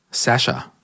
Sasha